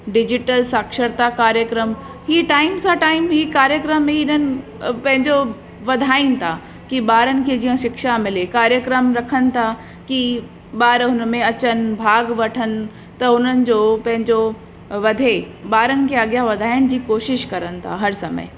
digital साक्षरता कार्यक्रम ही टाइम सां टाइम ही कार्यक्रम बि इन्हनि पंहिंजो वधाइनि था कि बारनि खे जीअं शिक्षा मिले कार्यक्रम रखनि था कि बार हुन में अचनि भाॻु वठनि त उन्हनि जो पंहिंजो वधे बारनि खे अगिया वधाइण जी कोशिश करनि था हर समय